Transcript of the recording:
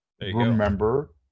remember